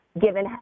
Given